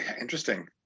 Interesting